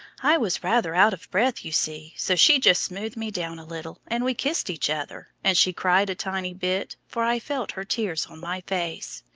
i was rather out of breath, you see, so she just smoothed me down a little, and we kissed each other, and she cried a tiny bit, for i felt her tears on my face.